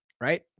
Right